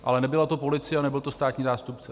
Ale nebyla to policie a nebyl to státní zástupce.